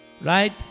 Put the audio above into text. right